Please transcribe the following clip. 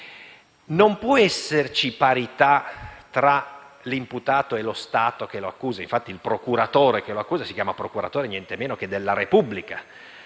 Non può esserci parità tra l'imputato e lo Stato che lo accusa: infatti il procuratore che accusa si chiama procuratore nientemeno che «della Repubblica».